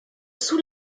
sous